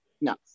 No